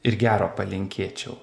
ir gero palinkėčiau